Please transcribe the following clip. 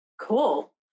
Cool